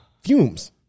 fumes